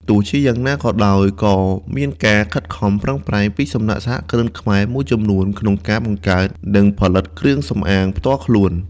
ទោះជាយ៉ាងណាក៏ដោយ ក៏មានការខិតខំប្រឹងប្រែងពីសំណាក់សហគ្រិនខ្មែរមួយចំនួនក្នុងការបង្កើត និងផលិតគ្រឿងសម្អាងផ្ទាល់ខ្លួន។